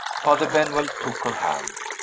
father benwell took her hand.